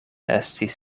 estis